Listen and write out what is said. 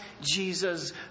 Jesus